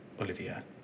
Olivia